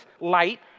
light